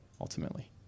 ultimately